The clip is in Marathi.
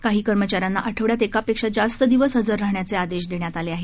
काही कर्मचाऱ्यांना आठवड्यात एकापेक्षा जास्त दिवस हजर राहण्याचे आदेश देण्यात आलेले आहेत